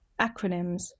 Acronyms